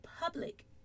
public